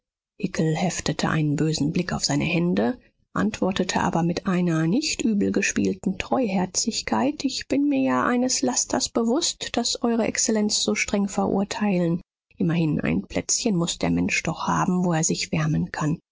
heftete einen bösen blick auf seine hände antwortete aber mit einer nicht übel gespielten treuherzigkeit ich bin mir ja eines lasters bewußt das eure exzellenz so streng verurteilen immerhin ein plätzchen muß der mensch doch haben wo er sich wärmen kann